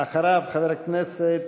חברה בוועדת החוץ והביטחון,